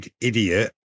idiot